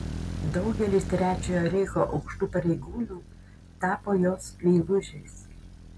daugelis trečiojo reicho aukštų pareigūnų tapo jos meilužiais